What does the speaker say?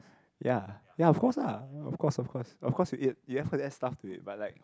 ya ya of course ah of course of course of course stuff to it but like